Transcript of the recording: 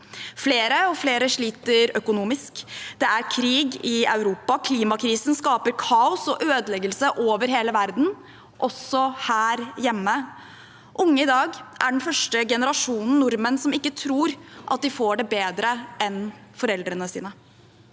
Flere og flere sliter økonomisk, det er krig i Europa, og klimakrisen skaper kaos og ødeleggelse over hele verden, også her hjemme. Unge i dag er den første generasjonen nordmenn som ikke tror at de får det bedre enn foreldrene sine.